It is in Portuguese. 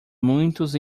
muitos